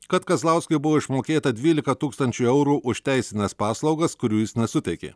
kad kazlauskui buvo išmokėta dvylika tūkstančių eurų už teisines paslaugas kurių jis nesuteikė